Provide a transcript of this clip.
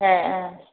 ओ ओ